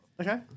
Okay